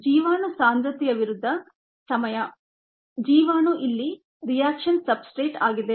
ಜೀವಾಣು ಸಾಂದ್ರತೆಯ ವಿರುದ್ಧ ಸಮಯ ಜೀವಾಣು ಇಲ್ಲಿ ರಿಯಾಕ್ಷನ್ನ ಸಬ್ಸ್ಟ್ರೇಟ್ ಆಗಿದೆ